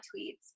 tweets